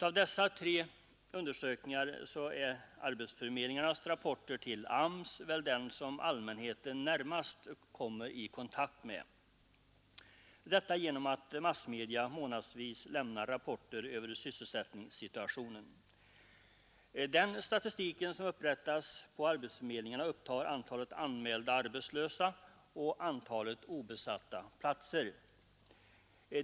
Av dessa tre undersökningar är arbetsförmedlingarnas rapporter till arbetsmarknadsstyrelsen den som allmänheten närmast kommer i kontakt med, detta genom att massmedia månadsvis lämnar rapporter över sysselsättningssituationen. Den statistiken, som upprättas på arbetsförmedlingarna, upptar antalet anmälda arbetslösa och antalet obesatta platser.